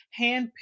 handpicked